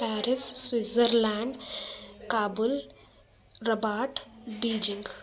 Paris Switzerland Kabul Rabat Beijing